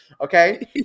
Okay